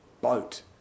boat